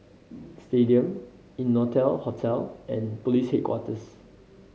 Stadium Innotel Hotel and Police Headquarters